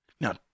Now